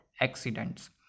accidents